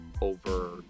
over